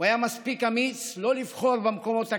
הוא היה מספיק אמיץ שלא לבחור במקומות הקלים.